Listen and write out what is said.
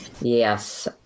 Yes